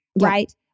right